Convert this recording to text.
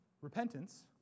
repentance